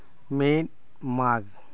ᱢᱤᱫ ᱢᱟᱜᱽ